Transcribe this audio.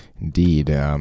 Indeed